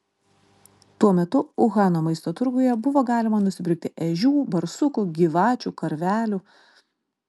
tuo metu uhano maisto turguje buvo galima nusipirkti ežių barsukų gyvačių karvelių